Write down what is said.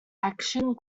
action